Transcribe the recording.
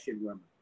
women